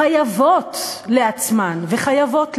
חייבות לעצמן, וחייבות לנו,